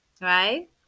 right